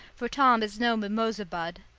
for tom is no mimosa bud.